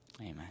Amen